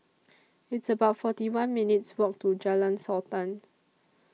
It's about forty one minutes' Walk to Jalan Sultan